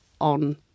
on